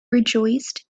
rejoiced